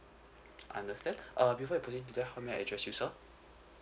understand uh before I proceed to that how may I address you sir